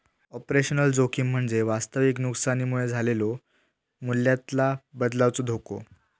operational जोखीम म्हणजे वास्तविक नुकसानीमुळे झालेलो मूल्यातला बदलाचो धोको